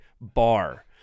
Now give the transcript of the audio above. bar